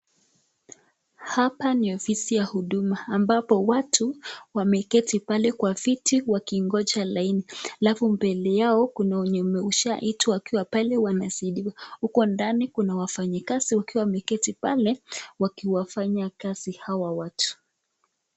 Hapa ni ofisi ya huduma ambapo watu wameketi pale kwa viti wakigoja laini, alafu mbele yao Kuna wenye wameshaitwa ndani na Kuna wafanyakazi wakiwa wameketi pale .